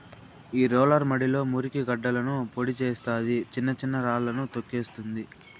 ఈ రోలర్ మడిలో మురికి గడ్డలను పొడి చేస్తాది, చిన్న చిన్న రాళ్ళను తోక్కేస్తుంది